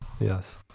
Yes